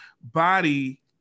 body